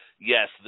yes